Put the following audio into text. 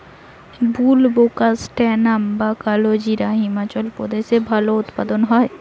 বুলবোকাস্ট্যানাম বা কালোজিরা হিমাচল প্রদেশে ভালো উৎপাদন হয়